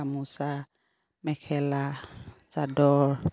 গামোচা মেখেলা চাদৰ